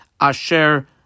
Asher